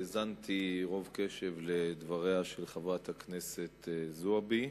האזנתי רוב קשב לדבריה של חברת הכנסת זועבי,